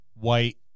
white